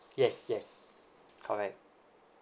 yes yes correct